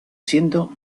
siendo